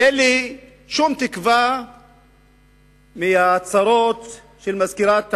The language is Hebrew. אין לי שום תקווה מההצהרות של מזכירת המדינה,